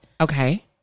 okay